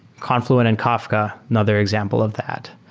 confluent and kafka, another example of that.